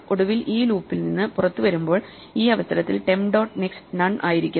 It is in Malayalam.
ഒടുവിൽ ഈ ലൂപ്പിൽ നിന്നു പുറത്തു വരുമ്പോൾ ഈ അവസരത്തിൽ ടെംപ് ഡോട്ട് നെക്സ്റ്റ് നൺ ആയിരിക്കും